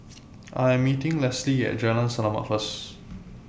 I Am meeting Leslee At Jalan Selamat First